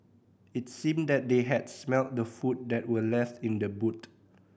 it seemed that they had smelt the food that were left in the boot